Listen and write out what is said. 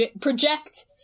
project